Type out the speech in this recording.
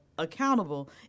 Accountable